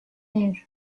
air